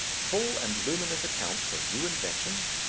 full and luminous accounts of new inventions,